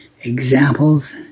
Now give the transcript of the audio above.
examples